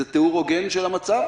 זה תיאור הוגן של המצב?